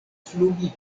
flugi